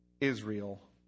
Israel